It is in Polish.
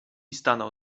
stanął